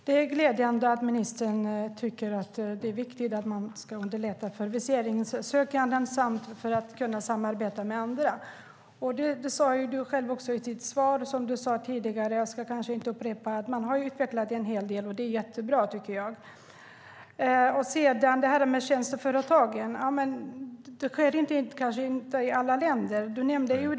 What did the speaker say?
Herr talman! Det är glädjande att ministern tycker att det är viktigt att man ska underlätta för viseringsansökningar och att man ska samarbeta med andra. I sitt svar sade ministern att man har utvecklat detta en hel del. Det är jättebra. Tjänsteföretagen finns kanske inte i alla länder.